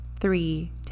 three